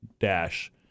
Dash